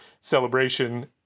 celebration